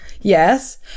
Yes